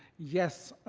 yes.